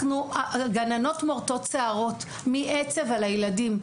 גננות מורטות שיערות מעצב על הילדים.